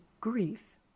grief